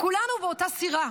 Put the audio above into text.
כולנו באותה סירה.